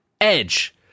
Edge